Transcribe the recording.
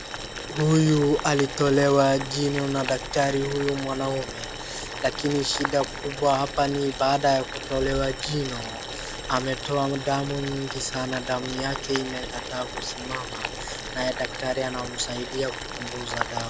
Huyu alitolewa jino na daktari huyu mwanaume lakini shida kubwa hapa ni baada ya kutolewa jino ametoa damu nyingi sana na damu yake imekataa kusimama naye daktari anamsaidia kupunguza damu.